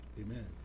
Amen